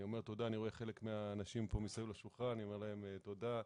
אני רואה חלק מהאנשים מסביב לשולחן ואני אומר להם תודה.